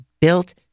built